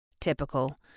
Typical